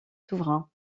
souverain